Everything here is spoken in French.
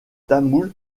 tamoul